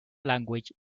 language